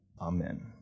Amen